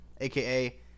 aka